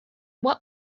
what